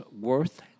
Worth